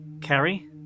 Carrie